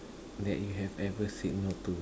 that you have ever said no to